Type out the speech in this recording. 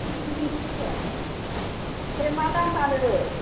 बेसे गिदिर गिदिर दङ ओमफ्राय मा दाम फानो